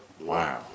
Wow